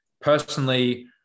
Personally